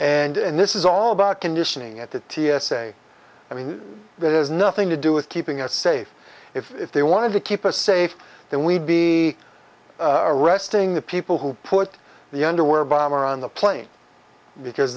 again and this is all about conditioning at the t s a i mean that has nothing to do with keeping us safe if they wanted to keep us safe then we'd be arresting the people who put the underwear bomber on the plane because